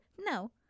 no